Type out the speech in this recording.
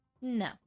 No